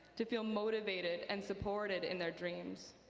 to feel motivated and supported in their dreams.